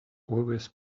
always